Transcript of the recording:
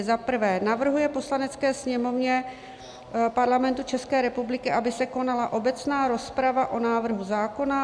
I. navrhuje Poslanecké sněmovně Parlamentu České republiky, aby se konala obecná rozprava o návrhu zákona;